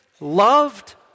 Loved